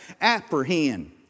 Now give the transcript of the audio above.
apprehend